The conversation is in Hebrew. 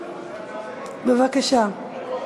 בבקשה.